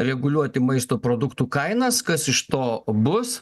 reguliuoti maisto produktų kainas kas iš to bus